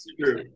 True